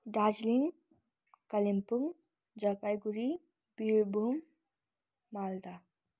Darjeeling Kalimpong Jalpaiguri Birbhum Malda